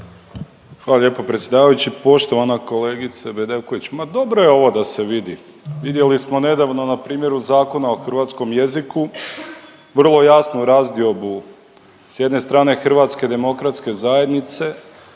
Hvala lijepo predsjedavajući. Poštovana kolegice Bedeković, ma dobro je ovo da se vidi. Vidjeli smo nedavno na primjeru Zakona o hrvatskom jeziku vrlo jasno razdiobu s jedne strane HDZ-a koja osim